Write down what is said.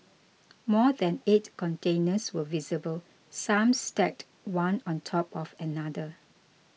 more than eight containers were visible some stacked one on top of another